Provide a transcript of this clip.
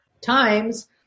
times